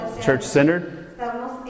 church-centered